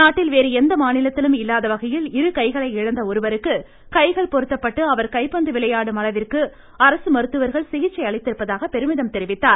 நாட்டில் வேறு எந்த மாநிலத்திலும் இல்லாத வகையில் இரு கைகளை இழந்த ஒருவருக்கு கைகள் பொருத்தப்பட்டு அவர் கைப்பந்து விளையாடும் அளவிந்கு அரசு மருத்துவர்கள் சிகிச்சை அளித்திருப்பதாக பெருமிதம் தெரிவித்தார்